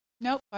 Nope